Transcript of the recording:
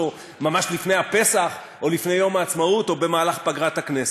ממש לפני הפסח או לפני יום העצמאות או במהלך פגרת הכנסת.